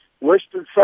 Winston